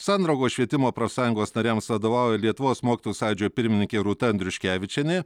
sandraugos švietimo profsąjungos nariams vadovauja lietuvos mokytojų sąjūdžio pirmininkė rūta andriuškevičienė